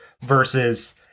versus